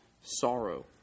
sorrow